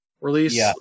release